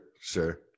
sure